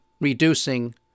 reducing